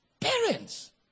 Parents